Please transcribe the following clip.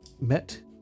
met